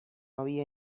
había